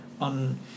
on